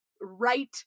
right